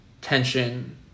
tension